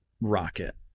rocket